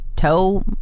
toe